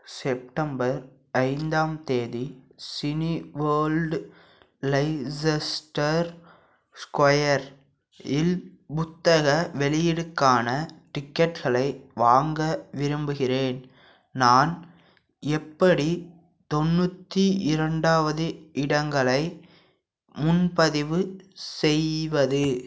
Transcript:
September ஐந்தாம் தேதி Cineworld Leicester Square இல் புத்தக வெளியீடுக்கான டிக்கெட்டுகளை வாங்க விரும்புகிறேன் நான் எப்படி தொண்ணூற்றி இரண்டாவது இடங்களை முன்பதிவு செய்வது